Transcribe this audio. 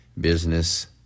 business